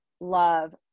love